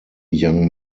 young